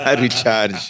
recharge